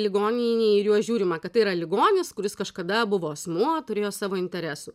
ligoninėj į juos žiūrima kad tai yra ligonis kuris kažkada buvo asmuo turėjo savo interesų